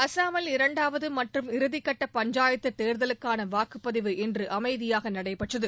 அஸ்ஸாமில் இரண்டாவது மற்றும் இறுதிக்கட்ட பஞ்சாயத்துத் தேர்தலுக்கான வாக்குப்பதிவு இன்று அமைதியாக நடைபெற்றது